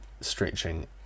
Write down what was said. stretching